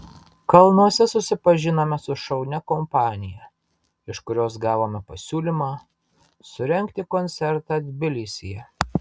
kalnuose susipažinome su šaunia kompanija iš kurios gavome pasiūlymą surengti koncertą tbilisyje